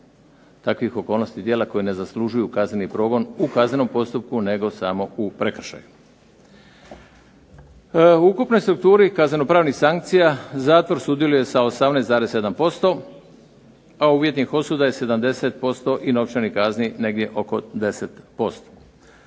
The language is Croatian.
takvih okolnosti djela koji ne zaslužuju kazneni progon u kaznenom postupku nego samo u prekršaju. U ukupnoj strukturi kazneno-pravnih sankcija zatvor sudjeluje sa 18,7% a uvjetnih osuda je 70% i novčanih kazni negdje oko 10%.